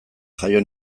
jaio